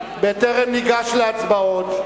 בטרם ניגש להצבעות,